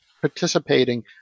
participating